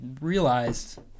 realized